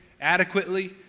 adequately